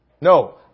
No